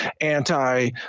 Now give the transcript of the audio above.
anti